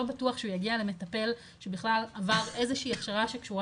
לא בטוח שהוא יגיע למטפל שבכלל עבר איזושהי הכשרה שקשורה